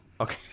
Okay